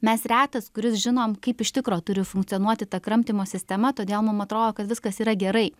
mes retas kuris žinome kaip iš tikro turi funkcionuoti tą kramtymo sistema todėl mum atrodo kad viskas yra gerai